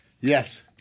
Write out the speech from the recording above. yes